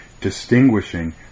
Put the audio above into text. distinguishing